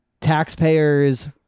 Taxpayers